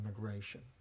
immigration